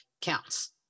counts